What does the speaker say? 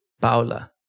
paula